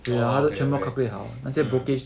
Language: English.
orh okay okay mm